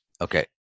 Okay